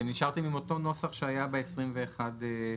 אתם נשארתם עם אותו נוסח שהיה ב-21 בדצמבר.